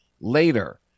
later